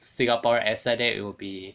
singapore accent then it will be